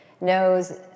knows